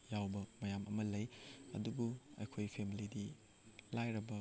ꯌꯥꯎꯕ ꯃꯌꯥꯝ ꯑꯃ ꯂꯩ ꯑꯗꯨꯕꯨ ꯑꯩꯈꯣꯏ ꯐꯦꯃꯤꯂꯤꯗꯤ ꯂꯥꯏꯔꯕ